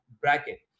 bracket